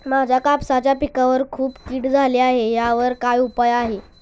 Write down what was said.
माझ्या कापसाच्या पिकावर खूप कीड झाली आहे यावर काय उपाय आहे का?